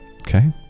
Okay